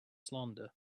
slander